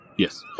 Yes